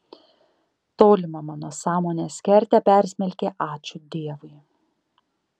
tolimą mano sąmonės kertę persmelkė ačiū dievui